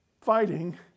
fighting